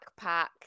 backpack